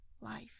life